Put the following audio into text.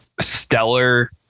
stellar